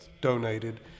donated